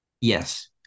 Yes